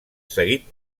seguit